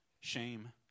shame